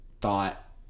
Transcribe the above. thought